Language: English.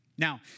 Now